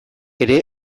ere